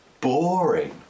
boring